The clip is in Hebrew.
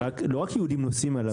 לא רק יהודים נוסעים עליו.